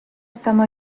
some